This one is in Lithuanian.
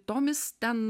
tomis ten